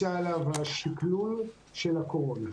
בוצע השקלול של הקורונה.